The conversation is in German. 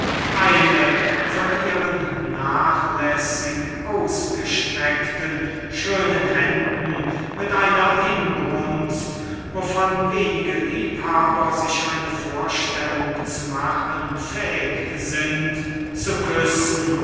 eine von ihren nachlässig ausgestreckten schönen händen mit einer inbrunst wovon wenige liebhaber sich eine vorstellung zu machen jemals verliebt genug gewesen sind zu küssen